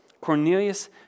Cornelius